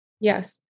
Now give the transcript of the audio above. Yes